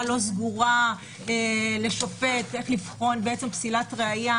לא סגורה שתאמר לשופט איך לבחון פסילת ראיה,